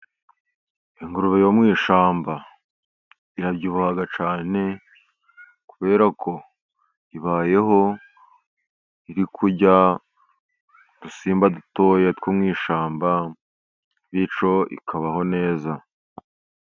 Ingurube yo mu ishyamba irabyibuha cyane, kubera ko ibayeho irya udusimba duto two mu ishyamba bityo ikabaho neza.